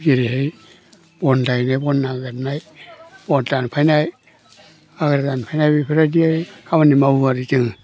जेरैहाय बन लायनाय बन नागिरनाय बन दानफायनाय हाग्रा दानफायनाय बेफोरबायदि खामानि मावो आरो जोङो